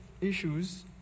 Issues